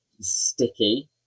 sticky